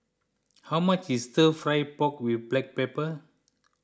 how much is Stir Fry Pork with Black Pepper